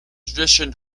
tradition